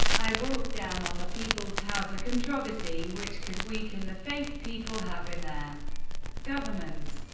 i brought down on the people's house a controversy which could weaken the faith people have in their government.